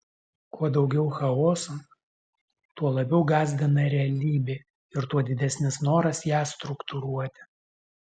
kuo daugiau chaoso tuo labiau gąsdina realybė ir tuo didesnis noras ją struktūruoti